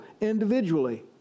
individually